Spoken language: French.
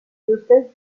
diocèse